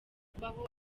kubaho